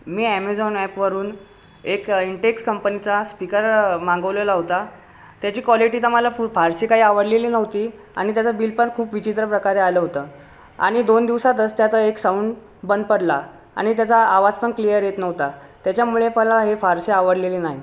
मी Amazon ॲपवरून एक Intex कंपनीचा स्पीकर मागवलेला होता त्याची क्वालिटी तर मला फु फारशी काही आवडलेली नव्हती आणि त्याचं बिलपण खूप विचित्रप्रकारे आलं होतं आणि दोन दिवसांतच त्याचा एक साऊंड बंद पडला आणि त्याचा आवाज पण क्लिअर येत नव्हता त्याच्यामुळे मला हे फारसे आवडलेले नाही